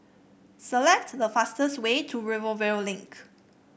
select the fastest way to Rivervale Link